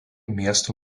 miesto